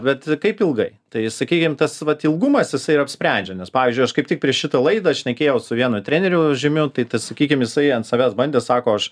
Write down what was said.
bet kaip ilgai tai sakykim tas vat ilgumas jisai ir apsprendžia nes pavyzdžiui aš kaip tik prieš šitą laidą šnekėjau su vienu treneriu žymiu tai sakykim jisai ant savęs bandė sako aš